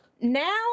now